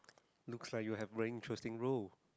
looks like you have very interesting role